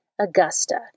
Augusta